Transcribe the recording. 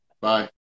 Bye